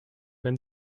wenn